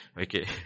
Okay